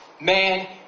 man